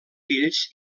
fills